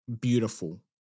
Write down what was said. beautiful